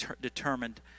determined